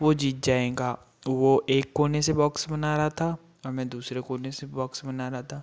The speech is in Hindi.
वो जीत जाएगा वो एक कोने से बॉक्स बना रहा था मैं दूसरे कोने से बॉक्स बना रहा था